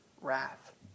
wrath